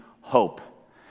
hope